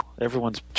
Everyone's